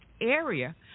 area